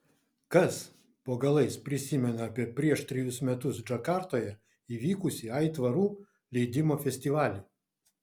kas po galais prisimena apie prieš trejus metus džakartoje įvykusį aitvarų leidimo festivalį